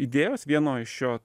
idėjos vieno iš jo